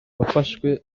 wafashwe